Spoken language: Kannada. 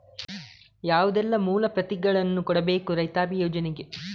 ಯಾವುದೆಲ್ಲ ಮೂಲ ಪ್ರತಿಗಳನ್ನು ಕೊಡಬೇಕು ರೈತಾಪಿ ಯೋಜನೆಗೆ?